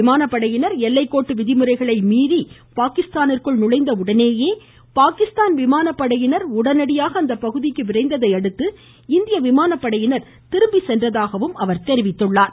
விமானப்படையினர் எல்லைக்கோட்டு விதிமுறைகளை இந்திய மீரிய பாகிஸ்தானிற்குள் நுழைந்த உடனேயே விமானப்படையினர் உடனடியாக அப்பகுதிக்கு விரைந்ததையடுத்து இந்திய விமானப்படையினர் திரும்பிச் சென்றதாகவும் அவர் தெரிவித்துள்ளார்